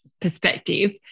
perspective